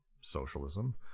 socialism